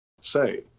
say